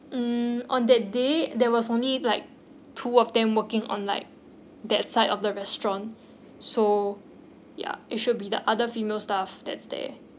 um on that day there was only like two of them working on like that side of the restaurant so ya it should be the other female staff that's there